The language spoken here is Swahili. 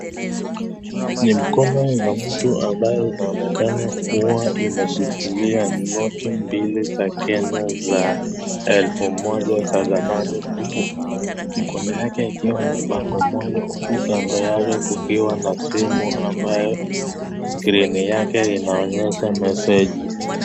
Ni mkono ya mtu ambayo inaonekana kuwa imeshikilia noti mbili za Kenya za elfu moja za zamani huku mkono yake ikiwa na bango moja huku kando yake ikiwa na simu ambayo skrini yake inaonyesha mesegi.